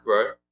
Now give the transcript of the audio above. Right